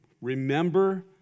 Remember